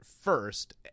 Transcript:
first